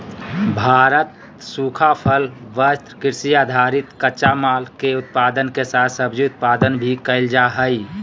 भारत सूखा फल, वस्त्र, कृषि आधारित कच्चा माल, के उत्पादन के साथ सब्जी उत्पादन भी कैल जा हई